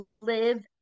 live